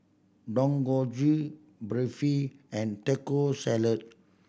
Dangojiru Barfi and Taco Salad